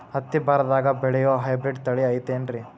ಹತ್ತಿ ಬರದಾಗ ಬೆಳೆಯೋ ಹೈಬ್ರಿಡ್ ತಳಿ ಐತಿ ಏನ್ರಿ?